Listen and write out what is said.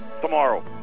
tomorrow